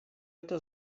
это